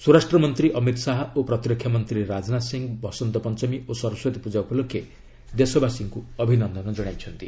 ସ୍ୱରାଷ୍ଟ୍ରମନ୍ତ୍ରୀ ଅମିତ ଶାହା ଓ ପ୍ରତିରକ୍ଷାମନ୍ତ୍ରୀ ରାଜନାଥ ସିଂ ବସନ୍ତ ପଞ୍ଚମୀ ଓ ସରସ୍ପତୀ ପ୍ରଜା ଉପଲକ୍ଷେ ଦେଶବାସୀଙ୍କୁ ଅଭିନନ୍ଦନ ଜଣାଇଛନ୍ତି